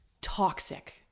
toxic